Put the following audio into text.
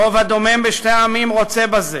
הרוב הדומם בשני העמים רוצה בזה.